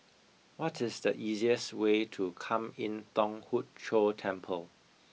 what is the easiest way to Kwan Im Thong Hood Cho Temple